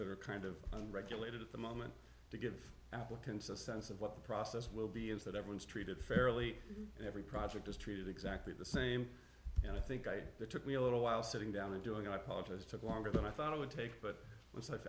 that are kind of regulated at the moment to give applicants a sense of what the process will be is that everyone is treated fairly every project is treated exactly the same and i think i took me a little while sitting down and doing apologise took longer than i thought it would take but